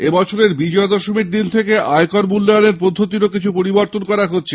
এবছরের বিজয় দশমীর দিন থেকে আয়কর মূল্যায়নের পদ্ধতির কিছু পরিবর্তন করা হচ্ছে